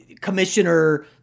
commissioner